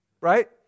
right